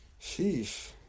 Sheesh